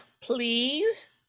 please